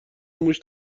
موش